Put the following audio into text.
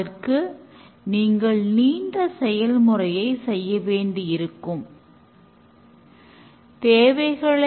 பிறகு மொத்த சிஸ்டம் செயல்பாடுகளும் மாதிரியாக உருவாக்கப்படுகிறது